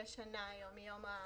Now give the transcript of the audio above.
היום יש שנה מיום ההחלטה.